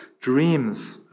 dreams